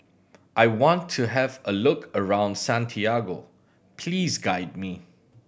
I want to have a look around Santiago please guide me